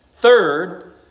Third